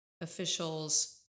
officials